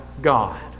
God